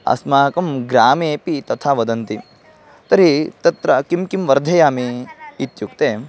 अस्माकं ग्रामेपि तथा वदन्ति तर्हि तत्र किं किं वर्धयामि इत्युक्ते